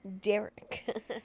Derek